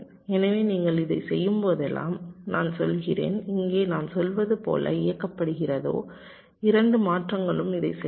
எனவே நீங்கள் இதைச் செய்யும்போதெல்லாம் நான் சொல்கிறேன் இங்கே நான் சொல்வது எப்போது இயக்கப்படுகிறதோ இரண்டு மாற்றங்களும் இதைச் செய்யுங்கள்